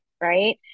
right